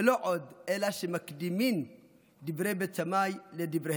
ולא עוד אלא שמקדימין דברי בית שמאי לדבריהן".